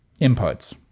inputs